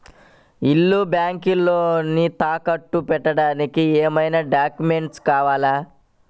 ఇల్లు బ్యాంకులో తాకట్టు పెట్టడానికి ఏమి డాక్యూమెంట్స్ కావాలి?